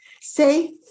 Say